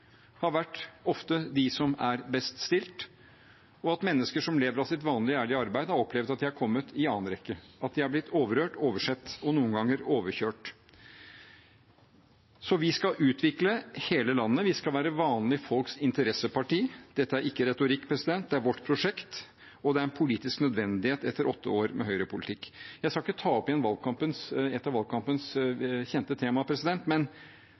har vært dem som er best stilt, og at mennesker som lever av sitt vanlige, ærlige arbeid, har opplevd at de har kommet i andre rekke, at de har blitt overhørt, oversett og noen ganger overkjørt. Vi skal utvikle hele landet. Vi skal være vanlige folks interesseparti. Dette er ikke retorikk. Det er vårt prosjekt, og det er en politisk nødvendighet etter åtte år med høyrepolitikk. Jeg skal ikke ta opp igjen et av valgkampens kjente tema, men